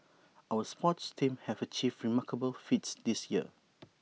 our sports teams have achieved remarkable feats this year